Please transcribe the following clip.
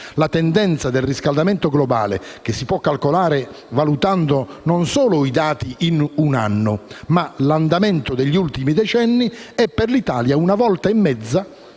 La tendenza del riscaldamento globale, che si può calcolare valutando non solo i dati di un anno, ma anche l'andamento degli ultimi decenni, è per l'Italia una volta e mezzo